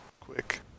quick